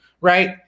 right